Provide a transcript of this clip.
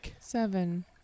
Seven